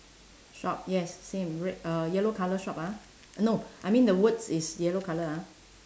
shop yes same red uh yellow colour shop ah no I mean the words is yellow colour ah